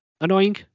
annoying